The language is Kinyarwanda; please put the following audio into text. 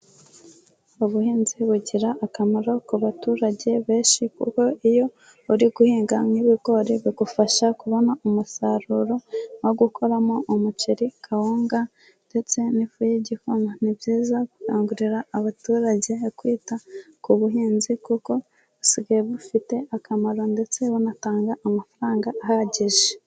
Ubuhinzi bugira akamaro ku baturage benshi, kuko iyo uri guhinga nk'ibigori bigufasha kubona umusaruro nko gukoramo umuceri, kawunga ndetse n'ifu y'igikoma, ni byiza gukangurira abaturage kwita ku buhinzi kuko busigaye bufite akamaro ndetse bunatanga amafaranga ahagije.